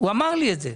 הוא אמר לי את זה.